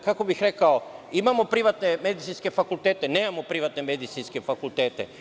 Kako bih rekao, imamo privatne medicinske fakultete, nemamo privatne medicinske fakultete.